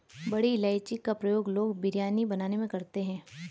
बड़ी इलायची का प्रयोग लोग बिरयानी बनाने में करते हैं